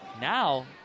now